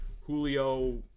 Julio